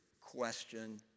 question